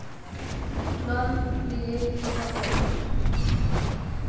Loan लिए की सब लगी?